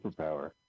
superpower